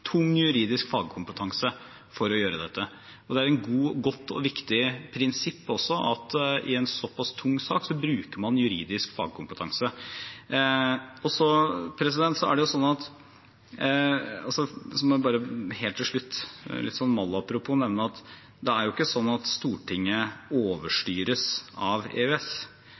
tung juridisk fagkompetanse for å gjøre dette. Det er også et godt og viktig prinsipp at i en såpass tung sak bruker man juridisk fagkompetanse. Helt til slutt må jeg bare sånn malapropos nevne at det er jo ikke sånn at